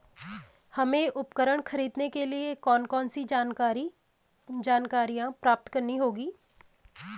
हमें उपकरण खरीदने के लिए कौन कौन सी जानकारियां प्राप्त करनी होगी?